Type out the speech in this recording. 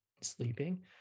sleeping